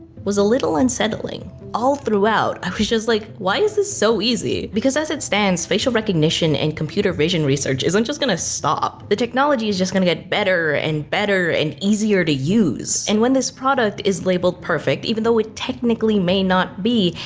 was a little unsettling. all throughout, i was just like, why is this so easy? because as it stands, facial recognition and computer vision research isn't just gonna stop. the technology is just gonna get better and better and easier to use. and when this product is labeled perfect, even though it technically may not be,